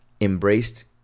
embraced